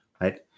right